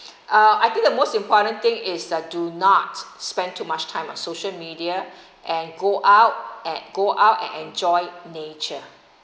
uh I think the most important thing is that do not spend too much time on social media and go out and go out and enjoy nature